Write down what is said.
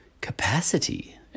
capacity